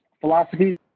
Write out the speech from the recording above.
philosophy